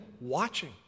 watching